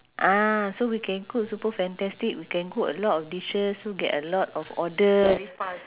ah so we can cook super fantastic we can cook a lot of dishes so get a lot of orders